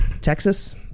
Texas